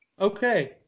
Okay